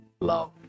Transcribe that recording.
love